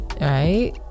Right